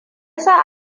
sa